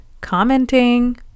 commenting